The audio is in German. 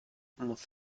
muss